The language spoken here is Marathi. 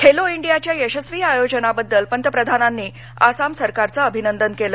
खेलो इंडियाच्या यशस्वी आयोजनबद्दल पंतप्रधानांनी आसाम सरकारचे अभिनंदन केले